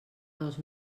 dos